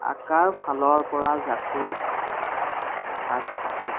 আকাৰৰ ফালৰপৰা জাকৈৰ ভাগ আছে